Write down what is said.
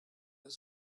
were